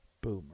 Boomer